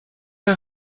are